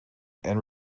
and